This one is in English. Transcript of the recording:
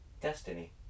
Destiny